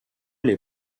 les